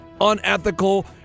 unethical